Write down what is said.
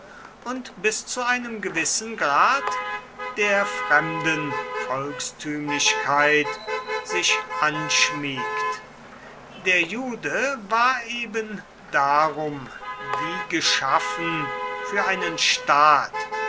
und bis zu einem gewissen grad der fremden volkstümlichkeit sich anschmiegt der jude war ebendarum wie geschaffen für einen staat